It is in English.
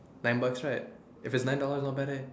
nine bucks right if it's nine dollars not bad eh